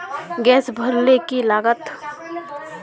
Gas भरले की लागत?